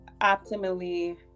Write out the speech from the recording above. optimally